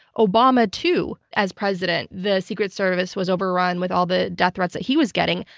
obama, too, as president, the secret service was overrun with all the death threats that he was getting.